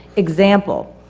example,